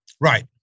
Right